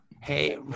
Hey